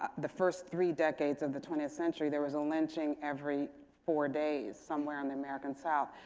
the first three decades of the twentieth century, there was a lynching every four days somewhere on the american south.